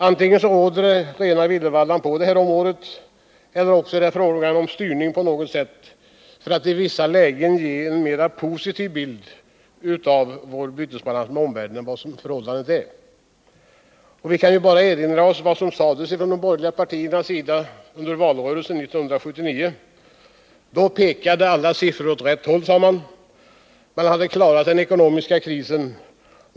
Antingen råder rena villervallan på det här området, eller också är det fråga om en styrning på något sätt för att i vissa lägen ge en mer positiv bild av vår bytesbalans med omvärlden än vad det verkliga förhållandet är. Vi kan ju bara erinra oss vad som sades från de borgerliga partiernas sida : under valrörelsen 1979. Då pekade alla siffror åt rätt håll, sades det. Man hade klarat den ekonomiska krisen.